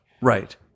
Right